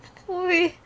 movie